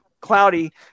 cloudy